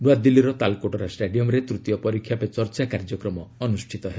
ନ୍ତଆଦିଲ୍ଲୀର ତାଲକୋଟରା ଷ୍ଟାଡିୟମ୍ରେ ତୃତୀୟ ପରୀକ୍ଷା ପେ ଚର୍ଚ୍ଚା କାର୍ଯ୍ୟକ୍ରମ ଅନୁଷ୍ଠିତ ହେବ